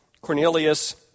Cornelius